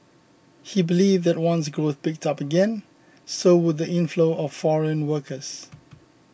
he believed that once growth picked up again so would the inflow of foreign workers